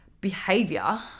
behavior